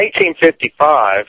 1855